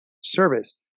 service